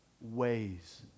ways